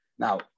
Now